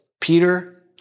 Peter